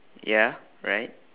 ya right